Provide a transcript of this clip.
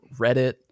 Reddit